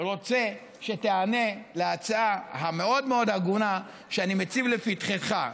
רוצה שתיענה להצעה המאוד-מאוד הגונה שאני מציב לפתחך.